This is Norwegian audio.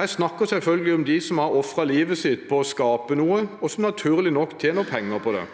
Jeg snakker selvfølgelig om dem som har ofret livet sitt for å skape noe, og som naturlig nok tjener penger på det.